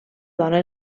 dona